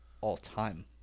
all-time